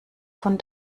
von